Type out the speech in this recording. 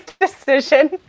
decision